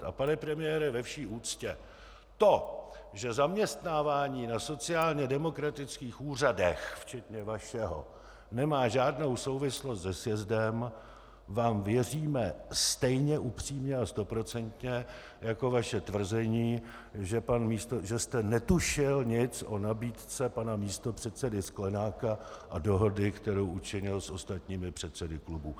A pane premiére, ve vší úctě, to, že zaměstnávání na sociálně demokratických úřadech včetně vašeho nemá žádnou souvislost se sjezdem, vám věříme stejně upřímně a stoprocentně jako vaše tvrzení, že jste netušil nic o nabídce pana místopředsedy Sklenáka a dohodě, kterou učinil s ostatními předsedy klubů.